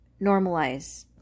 normalize